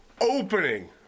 Opening